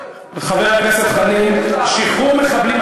תאפשרו לו כניסה, את